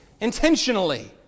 intentionally